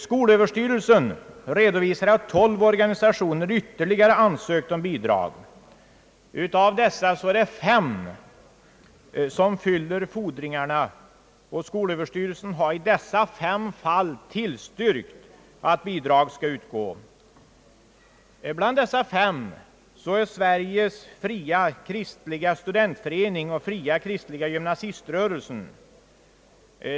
Skolöverstyrelsen redovisar att tolv organisationer ytterligare ansökt om bidrag. Av dessa är det fem som fyller fordringarna, och skolöverstyrelsen har i dessa fem fall tillstyrkt att bidrag skall utgå. Bland dessa fem är Sveriges fria kristliga studentförening och Fria kristliga gymnasiströrelsen.